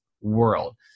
world